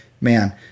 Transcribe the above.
Man